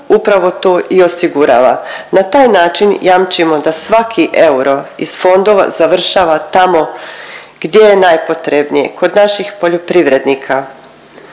upravo to i osigurava. Na taj način jamčimo da svaki euro iz fondova završava tamo gdje je najpotrebnije kod naših poljoprivrednika